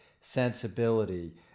sensibility